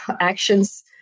actions